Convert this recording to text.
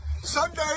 Sunday